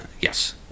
Yes